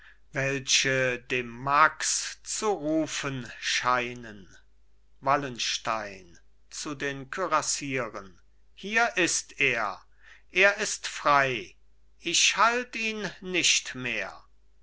welche den max zu rufen scheinen wallenstein zu den kürassieren hier ist er er ist frei ich halt ihn nicht mehr